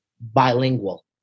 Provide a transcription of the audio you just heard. bilingual